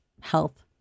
health